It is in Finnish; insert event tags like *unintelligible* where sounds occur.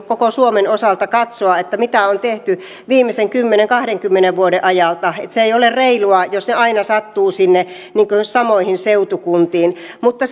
*unintelligible* koko suomen osalta katsoa mitä on tehty viimeisen kymmenen viiva kahdenkymmenen vuoden ajalta ja se ei ole reilua jos se aina sattuu sinne samoihin seutukuntiin mutta *unintelligible*